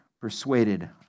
persuaded